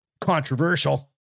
controversial